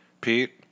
Pete